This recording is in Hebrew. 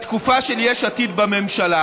בתקופה של יש עתיד בממשלה,